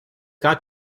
got